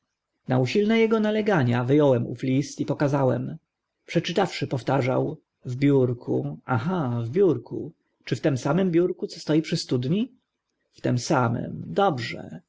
na usilne ego nalegania wy ąłem ów list i pokazałem przeczytawszy powtarzał w biurku aha w biurku czy w tym samym biurku co stoi przy studni w tym samym dobrze